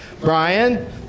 Brian